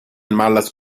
malas